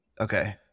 okay